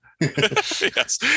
yes